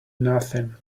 nothing